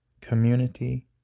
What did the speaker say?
community